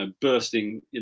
bursting